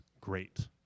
great